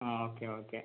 ആ okay okay